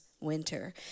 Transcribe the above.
winter